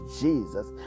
Jesus